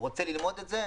רוצה ללמוד את זה.